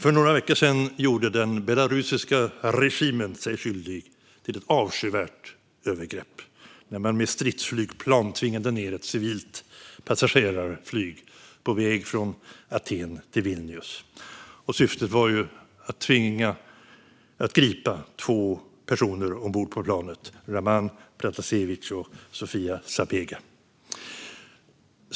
För några veckor sedan gjorde den belarusiska regimen sig skyldig till ett avskyvärt övergrepp när man med stridsflygplan tvingade ned ett civilt passagerarflyg på väg från Aten till Vilnius. Syftet var att gripa två personer ombord på planet: Roman Protasevitj och Sofia Sapega.